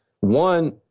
One